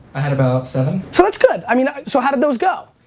had about seven. so that's good. i mean so how did those go?